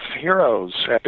heroes